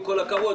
עם כל הכבוד,